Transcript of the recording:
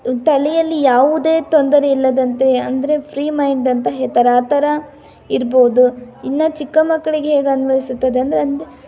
ತಲೆಯಲ್ಲಿ ಯಾವುದೇ ತೊಂದರೆ ಇಲ್ಲದಂತೆ ಅಂದರೆ ಫ್ರೀ ಮೈಂಡ್ ಅಂತ ಹೇಳ್ತಾರೆ ಆ ಥರ ಇರ್ಬೋದು ಇನ್ನು ಚಿಕ್ಕ ಮಕ್ಕಳಿಗೆ ಹೇಗೆ ಅನ್ವಯಿಸುತ್ತದೆ ಅಂದರೆ ಅಂದು